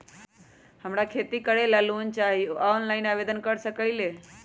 हमरा खेती करेला लोन चाहि ओकर ऑफलाइन आवेदन हम कईसे दे सकलि ह?